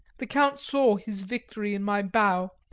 the count saw his victory in my bow,